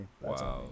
Wow